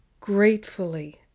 Gratefully